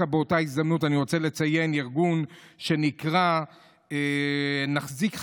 באותה הזדמנות אני רוצה לציין ארגון שנקרא "נחזיק חזק",